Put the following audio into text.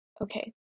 okay